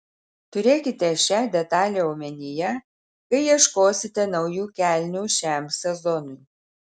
turėkite šią detalę omenyje kai ieškosite naujų kelnių šiam sezonui